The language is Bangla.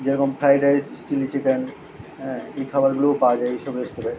যেরকম ফ্রায়েড রাইস চিলি চিকেন হ্যাঁ এই খাবারগুলোও পাওয়া যায় এই সব রেস্তোরাঁয়